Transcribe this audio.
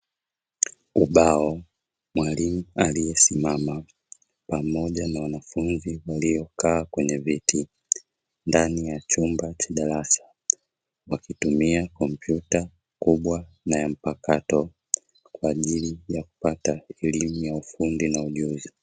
Ubao, mwalimu aliyesimama pamoja na wanafunzi waliokaa kwenye viti ndani ya chumba cha darasa, wakitumia kompyuta kubwa na ya mpakato kwa ajili ya kupata elimu ya ufundi na ujuzi.